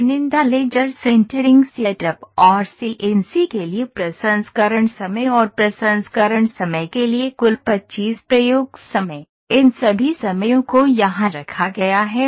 चुनिंदा laser sintering setup और CNC के लिए प्रसंस्करण समय और प्रसंस्करण समय के लिए कुल 25 प्रयोग समय इन सभी समयों को यहां रखा गया है